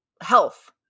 health